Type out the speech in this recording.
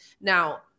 Now